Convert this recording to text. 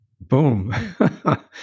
boom